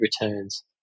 returns